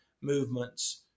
movements